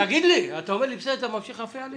אתה ממשיך להפריע לי.